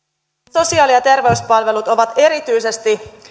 sosiaali ja terveyspalvelut ovat erityisesti